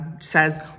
says